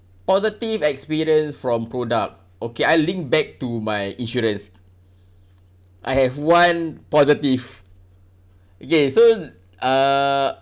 positive experience from product okay I link back to my insurance I have one positive okay so uh